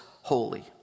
holy